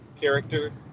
character